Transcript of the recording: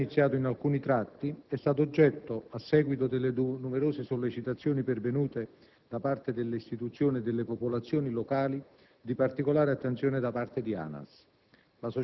già iniziato in alcuni tratti, è stato oggetto, a seguito delle numerose sollecitazioni pervenute da parte delle istituzioni e delle popolazioni locali, di particolare attenzione da parte di ANAS.